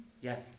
Yes